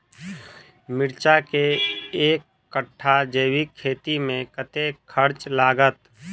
मिर्चा केँ एक कट्ठा जैविक खेती मे कतेक खर्च लागत?